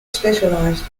specialised